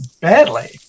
badly